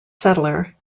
settler